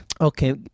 Okay